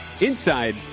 inside